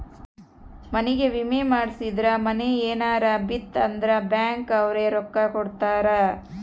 ಮನಿಗೇ ವಿಮೆ ಮಾಡ್ಸಿದ್ರ ಮನೇ ಯೆನರ ಬಿತ್ ಅಂದ್ರ ಬ್ಯಾಂಕ್ ಅವ್ರು ರೊಕ್ಕ ಕೋಡತರಾ